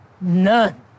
none